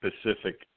specific